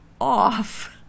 off